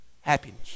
happiness